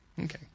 Okay